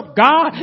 God